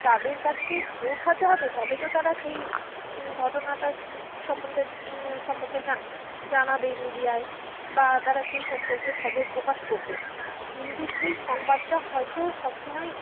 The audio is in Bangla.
তাদের কাছে পৌঁছাতে হবে তবে তো তারা সেই ঘটনাটা সম্বন্ধে সম্পর্কে জানাবে মিডিয়ায় বা তারা সেই সম্পর্কে খবর প্রকাশ করবে কিন্তু সেই সংবাদটা হয়তো সব সময়